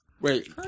Wait